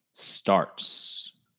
starts